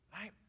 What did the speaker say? Right